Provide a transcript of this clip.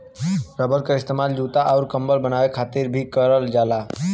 rubber क इस्तेमाल जूता आउर कम्बल बनाये खातिर भी करल जाला